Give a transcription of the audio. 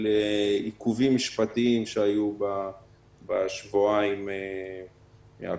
עיכובים משפטיים שהיו בשבועיים הקודמים.